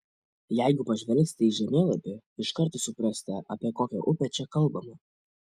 jeigu pažvelgsite į žemėlapį iš karto suprasite apie kokią upę čia kalbama